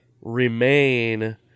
remain